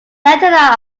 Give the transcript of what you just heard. antenna